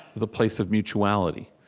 the place of mutuality,